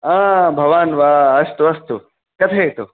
आ भवान् वा अस्तु अस्तु कथयतु